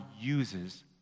uses